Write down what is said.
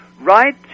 right